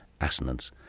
assonance